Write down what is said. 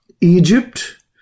Egypt